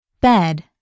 Bed